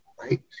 right